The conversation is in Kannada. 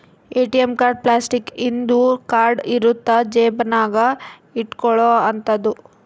ಎ.ಟಿ.ಎಂ ಕಾರ್ಡ್ ಪ್ಲಾಸ್ಟಿಕ್ ಇಂದು ಕಾರ್ಡ್ ಇರುತ್ತ ಜೇಬ ನಾಗ ಇಟ್ಕೊಲೊ ಅಂತದು